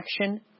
action